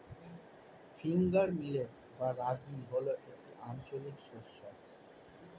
finger millet বা রাগী হল একটি আঞ্চলিক শস্য